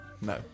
no